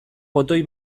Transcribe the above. botoi